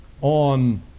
on